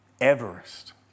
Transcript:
Everest